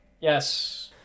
yes